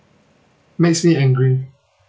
makes me angry